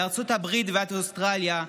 מארצות הברית ועד אוסטרליה,